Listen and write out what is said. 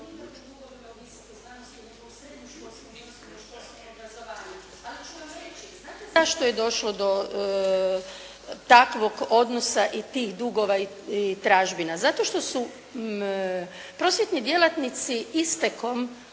zašto je došlo do takvog odnosa i tih dugova i tražbina? Zato što su prosvjetni djelatnici istekom